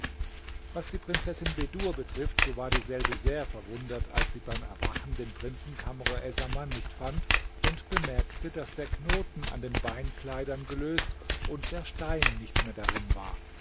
was die prinzessin bedur betrifft so war dieselbe sehr verwundert als sie beim erwachen den prinzen kamr essaman nicht fand und bemerkte daß der knoten an den beinkleidern gelöst und der stein nicht mehr darin war